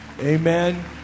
Amen